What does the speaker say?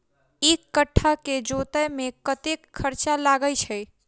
एक कट्ठा केँ जोतय मे कतेक खर्चा लागै छै?